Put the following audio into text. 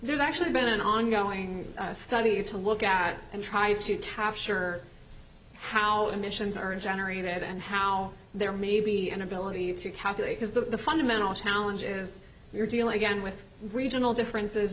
there's actually been an ongoing study to look at and try to capture how emissions are generated and how there may be an ability to calculate because the fundamental challenge is your deal again with regional differences